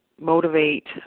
motivate